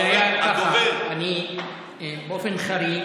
זה היה כך: באופן חריג